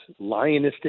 lionistic